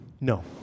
No